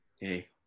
hey